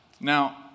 Now